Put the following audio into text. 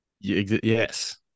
yes